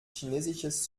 chinesisches